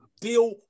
Deal